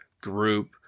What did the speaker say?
group